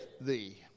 thee